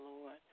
Lord